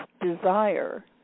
desire